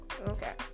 Okay